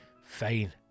fine